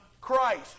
Christ